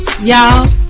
y'all